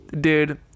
dude